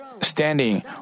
standing